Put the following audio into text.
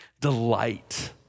delight